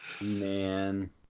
Man